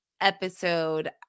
episode